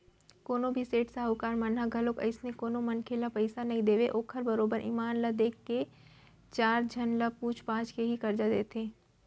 कोनो भी सेठ साहूकार मन ह घलोक अइसने कोनो मनखे ल पइसा नइ देवय ओखर बरोबर ईमान ल देख के चार झन ल पूछ पाछ के ही करजा देथे